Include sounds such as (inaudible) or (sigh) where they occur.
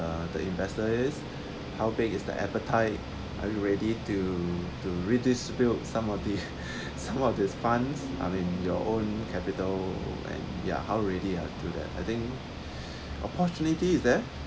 uh the investors is how big is the appetite are you ready to to redistribute some of these (laughs) some of these funds I mean your own capital and ya how ready are to that I think opportunity is there